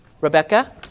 Rebecca